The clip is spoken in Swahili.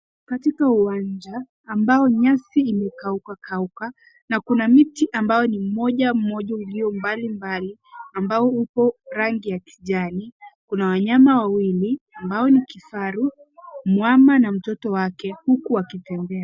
Katika uwanja ambao nyasi imekauka kauka kina miti ambao ni mojamoja iliyo mbali mbali ambayo iko rangi ya kijani .Kuna wanyama wawili ambao ni kifaru ,mama na watoto wake huku wakitembea.